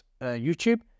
youtube